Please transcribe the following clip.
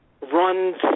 runs